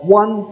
one